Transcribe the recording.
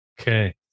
Okay